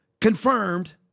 confirmed